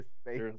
space